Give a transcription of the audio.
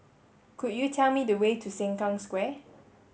could you tell me the way to Sengkang Square